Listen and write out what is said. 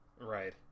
Right